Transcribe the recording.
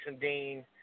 Dean